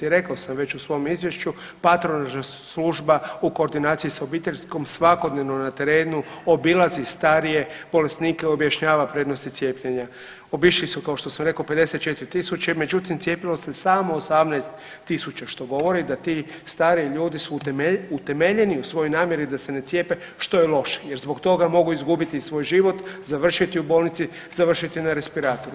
Rekao sam već u svom izvješću patronažna služba u koordinaciji sa obiteljskom svakodnevno je na terenu, obilazi starije bolesnike, objašnjava prednosti cijepljenja, obišli su kao što sam rekao 54000 međutim cijepilo se samo 18000 što govori da ti stariji ljudi su utemeljeni u svojoj namjeri da se ne cijepe što je loše, jer zbog toga mogu izgubiti svoj život, završiti u bolnici, završiti na respiratoru.